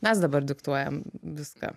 mes dabar diktuojam viską